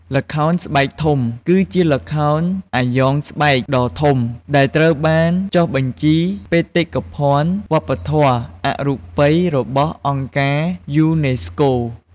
ល្ខោនស្បែកធំ គឺជាល្ខោនអាយ៉ងស្បែកដ៏ធំ ដែលត្រូវបានចុះបញ្ជីជាបេតិកភណ្ឌវប្បធម៌អរូបីរបស់អង្គការយូណេស្កូ។